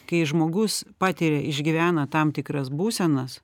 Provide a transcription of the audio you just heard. kai žmogus patiria išgyvena tam tikras būsenas